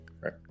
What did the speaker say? right